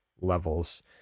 levels